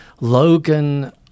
Logan